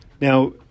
Now